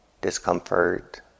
discomfort